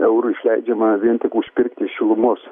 eurų išleidžiama vien tik užpirkti šilumos